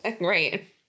Right